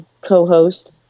co-host